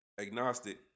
agnostic